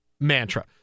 mantra